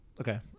Okay